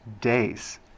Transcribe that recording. days